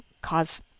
cause